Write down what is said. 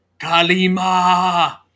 Kalima